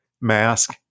mask